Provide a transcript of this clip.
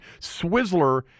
Swizzler